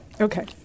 Okay